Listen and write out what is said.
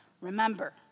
Remember